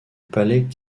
palais